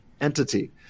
entity